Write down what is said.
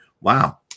Wow